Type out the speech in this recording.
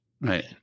Right